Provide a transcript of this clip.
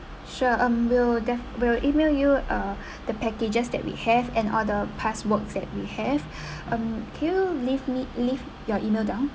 sure um we'll de~ we'll email you uh the packages that we have and all the past works that we have um can you leave me leave your email down